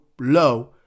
low